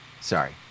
Sorry